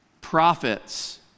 prophets